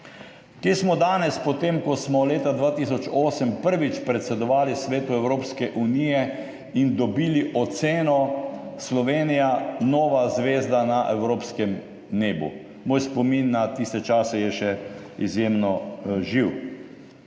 Kje smo danes, po tem, ko smo leta 2008 prvič predsedovali Svetu Evropske unije in dobili oceno Slovenija - nova zvezda na evropskem nebu. Moj spomin na tiste čase je še izjemno živ